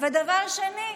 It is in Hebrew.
ודבר שני,